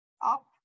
up